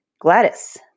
Gladys